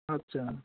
আচ্ছা